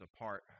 apart